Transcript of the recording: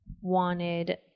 wanted